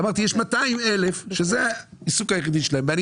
אמרתי שיש 200,000 שזה העיסוק היחידי שלהם ואני